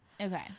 Okay